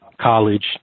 college